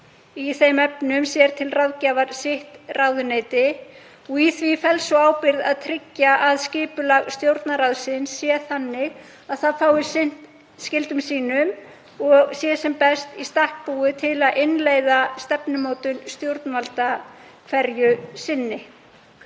í þeim efnum sér til ráðgjafar sitt ráðuneyti. Í því felst sú ábyrgð að tryggja að skipulag Stjórnarráðsins sé þannig að það fái sinnt skyldum sínum og sé sem best í stakk búið til að innleiða stefnumótun stjórnvalda hverju sinni.